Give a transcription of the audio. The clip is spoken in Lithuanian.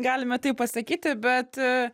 galime taip pasakyti bet